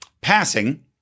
passing